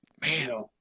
man